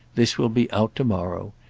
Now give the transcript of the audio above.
this will be out to-morrow.